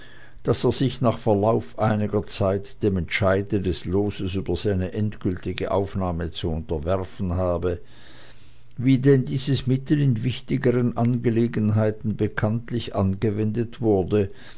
daß er sich nach verlauf einiger zeit dem entscheide des loses über seine endgültige aufnahme zu unterwerfen habe wie denn dieses mittel in wichtigeren angelegenheiten bekanntlich angewendet wurde